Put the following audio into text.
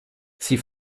sie